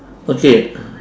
okay